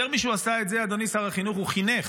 יותר משהוא עשה את זה, אדוני שר החינוך, הוא חינך.